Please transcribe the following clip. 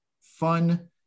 fun